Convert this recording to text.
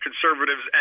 conservatives